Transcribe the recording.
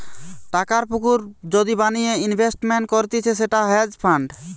টাকার পুকুর যদি বানিয়ে ইনভেস্টমেন্ট করতিছে সেটা হেজ ফান্ড